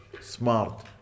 smart